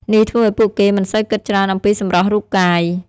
នេះធ្វើឱ្យពួកគេមិនសូវគិតច្រើនអំពីសម្រស់រូបកាយ។